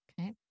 Okay